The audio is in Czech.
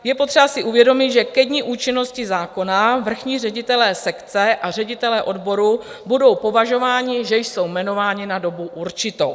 Je potřeba si uvědomit, že ke dni účinnosti zákona vrchní ředitelé sekce a ředitelé odborů budou považováni, že jsou jmenováni na dobu určitou.